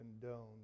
condone